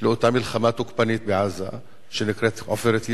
לאותה מלחמה תוקפנית בעזה שנקראת "עופרת יצוקה",